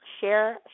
Share